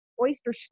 oyster